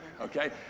okay